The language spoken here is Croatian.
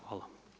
Hvala.